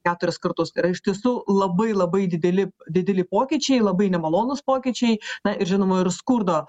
keturis kartus tai yra iš tiesų labai labai dideli dideli pokyčiai labai nemalonūs pokyčiai na ir žinoma ir skurdo